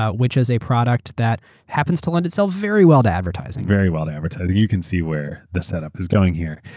which is a product that happens to land itself very well to advertising. very well to advertising. you can see where the setup is going here.